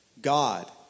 God